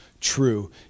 true